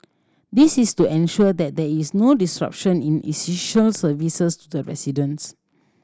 this is to ensure that there is no disruption in essential services to residents